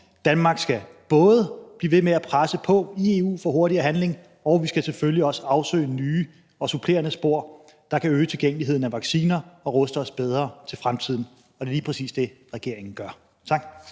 Danmark skal både blive ved med at presse på i EU for hurtigere handling, og vi skal selvfølgelig også afsøge nye og supplerende spor, der kan øge tilgængeligheden af vacciner og ruste os bedre til fremtiden. Og det er lige præcis det, regeringen gør. Tak.